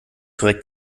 korrekt